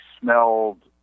smelled